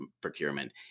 procurement